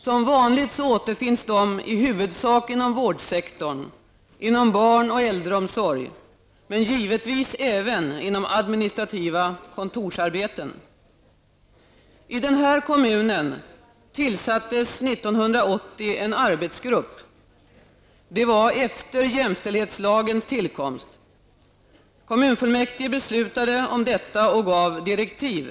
Som vanligt återfinns de i huvudsak inom vårdsektorn, inom barn och äldreomsorg men givetvis även inom administrativa kontorsarbeten. I den här kommunen tillsattes 1980 en arbetsgrupp. Det var efter jämställdhetslagens tillkomst. Kommunfullmäktige beslutade om detta och gav direktiv.